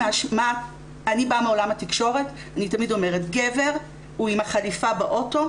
אני באה מעולם התקשורת ואני תמד אומרת גבר הוא עם החליפה באוטו,